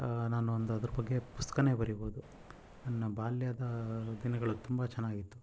ನಾನು ಒಂದು ಅದ್ರ ಬಗ್ಗೆ ಪುಸ್ತಕನೇ ಬರೀಬೋದು ನನ್ನ ಬಾಲ್ಯದ ದಿನಗಳು ತುಂಬ ಚೆನ್ನಾಗಿತ್ತು